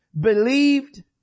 believed